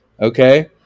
okay